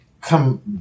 Come